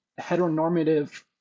heteronormative